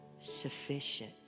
sufficient